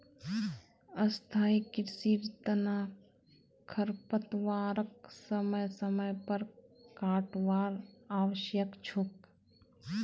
स्थाई कृषिर तना खरपतवारक समय समय पर काटवार आवश्यक छोक